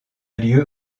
lieu